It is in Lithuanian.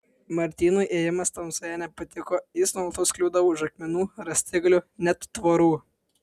martynui ėjimas tamsoje nepatiko jis nuolatos kliūdavo už akmenų rąstigalių net tvorų